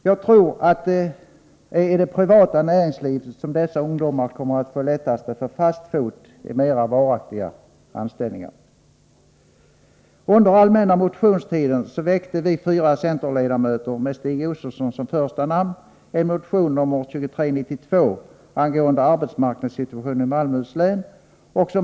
Jag tror att det är i det privata näringslivet dessa ungdomar kommer att få lättast att få fast fot i mera varaktiga anställningar. Under allmänna motionstiden väckte vi fyra centerledamöter från Malmöhus län — med Stig Josefson som första namn — en motion, nr 2392, angående arbetsmarknadssituationen i länet.